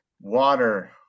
Water